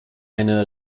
eine